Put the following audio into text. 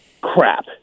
crap